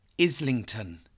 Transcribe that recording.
Islington